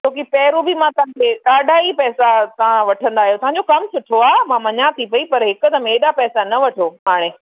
छो की पहिरां बि मां तव्हांखे ॾाढा ई पैसा तव्हां वठंदा आयो तव्हांजो कमु सुठो आहे मां मञा थी पेई पर हिकदमि हेॾा पैसा न वठो हाणे